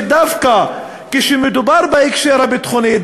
שדווקא כשמדובר בהקשר הביטחוני,